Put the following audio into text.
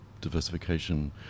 diversification